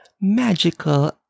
magical